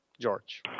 George